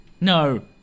No